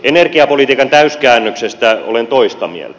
energiapolitiikan täyskäännöksestä olen toista mieltä